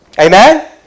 Amen